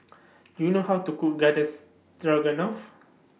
Do YOU know How to Cook Garden Stroganoff